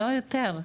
לא יותר.